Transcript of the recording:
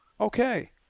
Okay